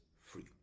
free